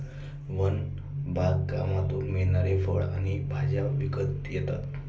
one बागकामातून मिळणारी फळं आणि भाज्या विकता येतात